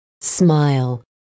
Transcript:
smile